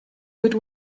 good